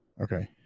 okay